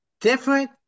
different